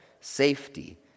safety